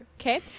Okay